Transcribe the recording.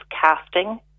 casting